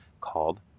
called